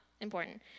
important